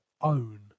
own